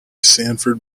sanford